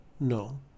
No